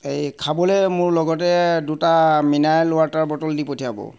এই খাবলে মোৰ লগতে দুটা মিনাৰেল ৱাটাৰ বটল দি পঠিয়াব